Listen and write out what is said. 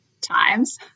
times